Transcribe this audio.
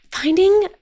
finding